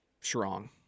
strong